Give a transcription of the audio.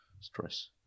Stress